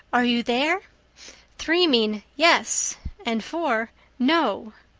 are you there three mean yes and four no.